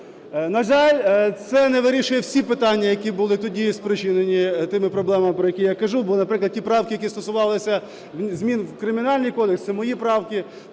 На жаль, це не вирішує всі питання, які були тоді спричинені тими проблемами, про які я кажу. Бо, наприклад, ті правки, які стосувалися змін у Кримінальний кодекс, це мої правки,